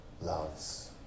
loves